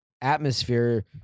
atmosphere